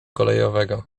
kolejowego